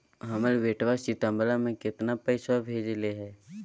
हमर बेटवा सितंबरा में कितना पैसवा भेजले हई?